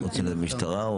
משטרה.